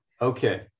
okay